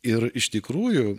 ir iš tikrųjų